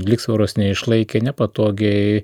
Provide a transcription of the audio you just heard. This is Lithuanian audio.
lygsvaros neišlaikė nepatogiai